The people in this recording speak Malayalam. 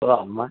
ഓ അമ്മ